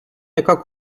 яка